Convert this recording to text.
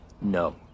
No